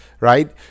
right